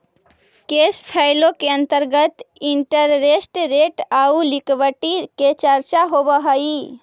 cash flow के अंतर्गत interest rate आउ लिक्विडिटी के चर्चा होवऽ हई